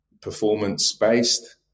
performance-based